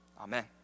Amen